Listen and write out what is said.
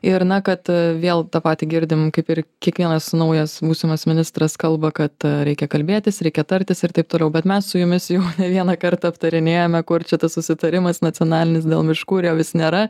ir na kad vėl tą patį girdim kaip ir kiekvienas naujas būsimas ministras kalba kad reikia kalbėtis reikia tartis ir taip toliau bet mes su jumis jau ne vieną kartą aptarinėjome kur čia tas susitarimas nacionalinis dėl miškų ir jo vis nėra